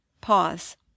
Pause